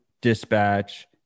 dispatch